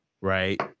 Right